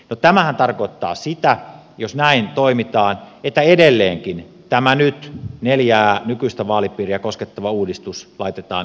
no tämähän tarkoittaa sitä jos näin toimitaan että edelleenkin tämä nyt neljää nykyistä vaalipiiriä koskettava uudistus laitetaan uusiksi